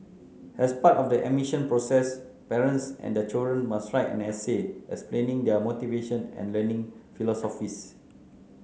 as part of the admission process parents and their children must write an essay explaining their motivation and learning philosophies